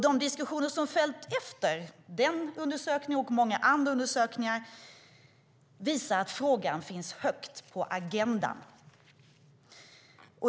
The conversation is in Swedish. De diskussioner som följt efter den berörda undersökningen och många andra undersökningar visar att frågan finns högt på agendan.